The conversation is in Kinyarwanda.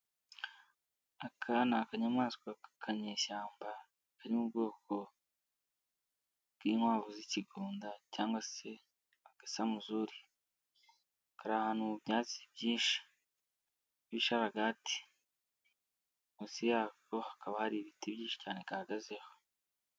Aka ni akanyamaswa k'akanyeshyamba, kari mu ubwoko bw'inkwavu z'ikigunda cyangwa se agasamuzuri, kari ahantu mu byatsi byinshi, ibisharagati munsi yako hakaba hari ibiti byinshi cyane kahagazeho.